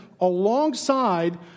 alongside